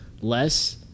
Less